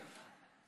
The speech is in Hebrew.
נא לסכם.